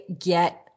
get